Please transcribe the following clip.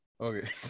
Okay